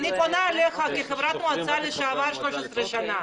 אני פונה אליך כחברת מועצה לשעבר במשך 13 שנים.